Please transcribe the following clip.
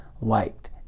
liked